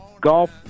Golf